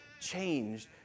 changed